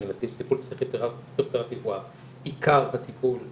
שהנתיב של טיפול פסיכותרפי הוא העיקר בטיפול בקהילה,